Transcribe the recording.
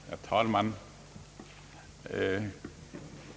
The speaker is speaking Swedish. Herr talman!